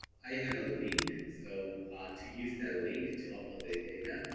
i have a link. so to use the link to upload the data,